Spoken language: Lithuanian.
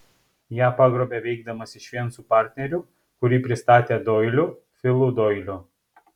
ją pagrobė veikdamas išvien su partneriu kurį pristatė doiliu filu doiliu